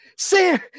Sam